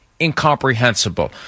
incomprehensible